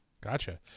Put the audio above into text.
Gotcha